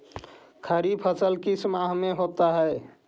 खरिफ फसल किस माह में होता है?